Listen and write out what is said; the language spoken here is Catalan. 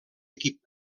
equip